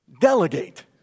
delegate